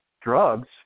drugs